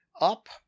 up